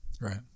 Right